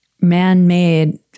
man-made